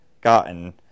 gotten